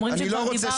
אומרים שכבר דיברת.